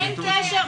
אין קשר.